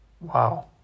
wow